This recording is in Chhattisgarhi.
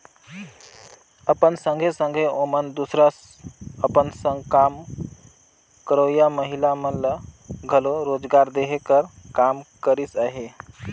अपन संघे संघे ओमन दूसर अपन संग काम करोइया महिला मन ल घलो रोजगार देहे कर काम करिस अहे